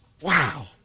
Wow